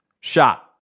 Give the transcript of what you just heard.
shot